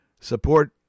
Support